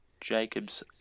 Jacobs